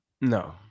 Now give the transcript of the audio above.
No